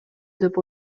деп